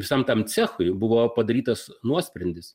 visam tam cechui buvo padarytas nuosprendis